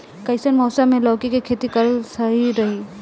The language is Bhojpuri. कइसन मौसम मे लौकी के खेती करल सही रही?